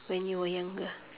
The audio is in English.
when you were younger